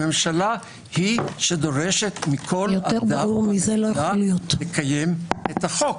הממשלה היא שדורשת מכל אדם לקיים את החוק.